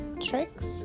tricks